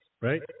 right